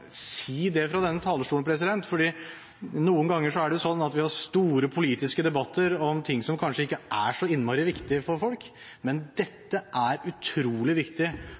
si det fra denne talerstolen, fordi noen ganger er det sånn at vi har store politiske debatter om ting som kanskje ikke er så innmari viktig for folk, men dette er utrolig viktig